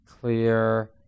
clear